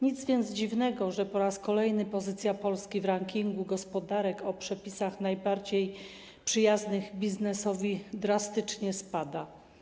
Nic więc dziwnego, że po raz kolejny pozycja Polski w rankingu gospodarek o przepisach najbardziej przyjaznych biznesowi drastycznie spada.